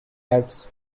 acts